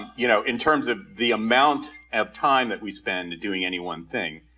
you know in terms of the amount of time that we spend doing any one thing,